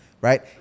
right